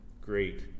great